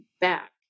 back